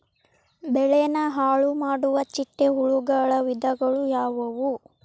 ಬೆಳೆನ ಹಾಳುಮಾಡುವ ಚಿಟ್ಟೆ ಹುಳುಗಳ ವಿಧಗಳು ಯಾವವು?